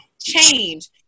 Change